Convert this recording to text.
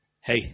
Hey